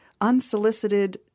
unsolicited